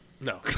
no